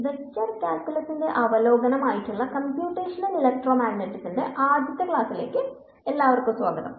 vector കാൽക്യൂലസിന്റെഅവലോകനമായ computational ഇലക്ട്രോമാഗ്നെറ്റിക്സിന്റെആദ്യ ക്ലാസ്സിലേക്ക് എല്ലാവർക്കും സ്വാഗതം